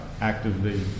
actively